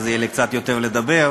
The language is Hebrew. אז יהיה לי קצת יותר זמן לדבר.